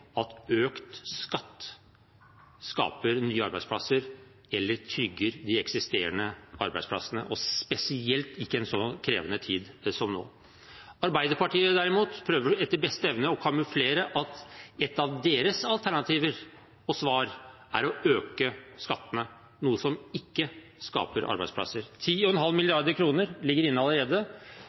at økt skatt skaper nye arbeidsplasser eller trygger de eksisterende arbeidsplassene – og spesielt ikke i en så krevende tid som nå. Arbeiderpartiet, derimot, prøver etter beste evne å kamuflere at et av deres alternativer og svar er å øke skattene, noe som ikke skaper arbeidsplasser. 10,5 mrd. kr ligger inne allerede